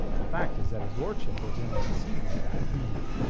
the fact is that his lordship was in an exceedingly bad humour.